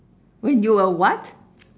when you were what